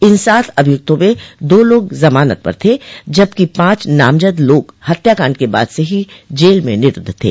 इन सात अभियुक्तों में दो लोग जमानत पर थे जबकि पांच नामजद लोग हत्याकांड के बाद से ही जेल में निरूद्व थे